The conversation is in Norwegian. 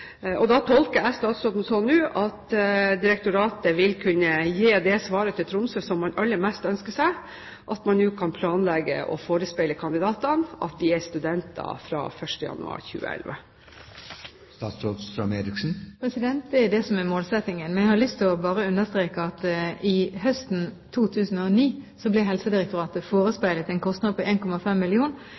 Da tolker jeg statsråden sånn nå at direktoratet vil kunne gi det svaret til Tromsø som man aller mest ønsker seg – at man nå kan planlegge og forespeile kandidatene at de er studenter fra 1. januar 2011. Det er det som er målsettingen. Jeg har bare lyst til å understreke at høsten 2009 ble Helsedirektoratet forespeilet en kostnad på 1,5 mill. kr, men i januar i år fikk direktoratet et revidert budsjett som innebar en